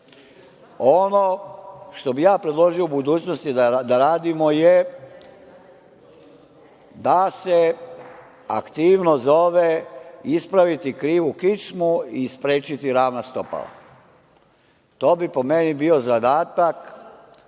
što bih ja predložio u budućnosti da radimo je da se aktivnost zove – „ispraviti krivu kičmu i sprečiti ravna stopala“.To bi po meni bio zadatak